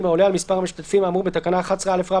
העולה על מספר המשתתפים האמור בתקנה 11א(ב),